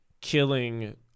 killing